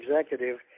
executive